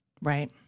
Right